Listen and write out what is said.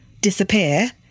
disappear